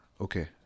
Okay